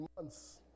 months